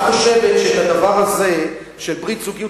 את חושבת שאת הדבר הזה של ברית זוגיות